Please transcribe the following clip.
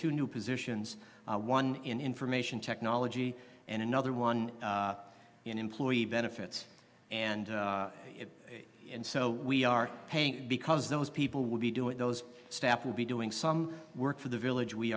two new positions one in information technology and another one in employee benefits and it and so we are paying because those people will be doing those staff will be doing some work for the village we